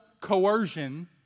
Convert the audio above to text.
coercion